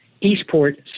Eastport